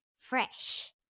fresh